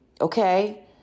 Okay